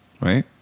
Right